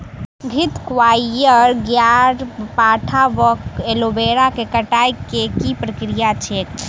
घृतक्वाइर, ग्यारपाठा वा एलोवेरा केँ कटाई केँ की प्रक्रिया छैक?